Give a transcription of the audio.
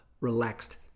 relaxed